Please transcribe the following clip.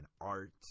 art